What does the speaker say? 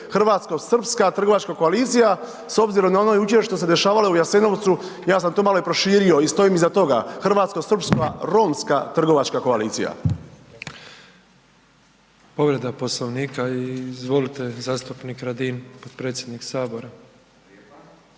hrvatsko-srpska trgovačka koalicija. S obzirom na ono jučer što se dešavalo u Jasenovcu, ja sam to malo i proširio i stojim iza toga. Hrvatsko-srpska-romska trgovačka koalicija. **Petrov, Božo (MOST)** Povreda Poslovnika, izvolite zastupnik Radin, potpredsjednik Sabora.